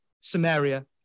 Samaria